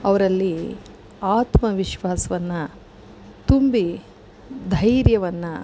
ಅವರಲ್ಲಿ ಆತ್ಮವಿಶ್ವಾಸ್ವನ್ನು ತುಂಬಿ ಧೈರ್ಯವನ್ನು